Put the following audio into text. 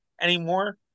anymore